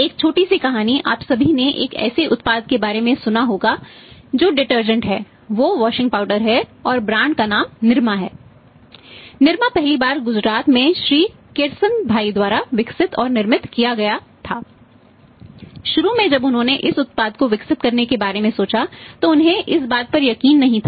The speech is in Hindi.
एक छोटी सी कहानी आप सभी ने एक ऐसे उत्पाद के बारे में सुना होगा जो डिटर्जेंट कहा जाता है